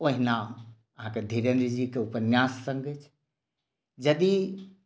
ओहिना अहाँक धीरेन्द्रजीक उपन्यास सभ अछि यदि